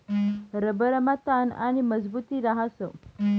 रबरमा ताण आणि मजबुती रहास